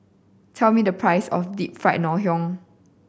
tell me the price of Deep Fried Ngoh Hiang